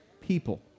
people